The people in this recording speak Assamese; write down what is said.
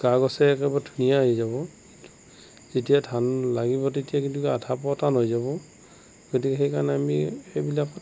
গা গছে একেবাৰে ধুনীয়া হৈ যাব যেতিয়া ধান লাগিব তেতিয়া কিন্তু আধা পটান হৈ যাব গতিকে সেইকাৰণে আমি সেইবিলাক